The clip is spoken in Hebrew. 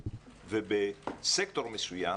ובסקטור מסוים